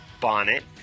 Bonnet